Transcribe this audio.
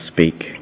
speak